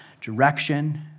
direction